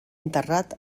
enterrat